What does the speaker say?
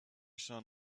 son